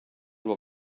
will